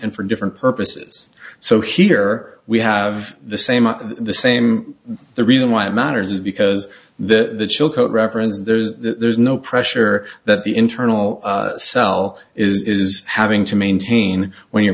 and for different purposes so here we have the same the same the reason why it matters because the chilcote reference there's no pressure that the internal cell is having to maintain when you're